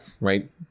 right